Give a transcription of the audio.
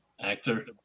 actor